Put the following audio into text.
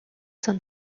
sein